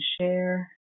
share